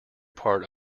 part